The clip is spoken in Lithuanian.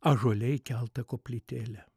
ąžuole įkeltą koplytėlę